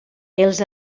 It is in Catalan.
els